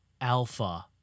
Alpha